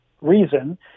reason